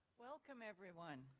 welcome, everyone.